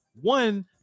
One